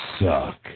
suck